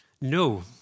No